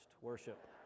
worship